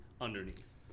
underneath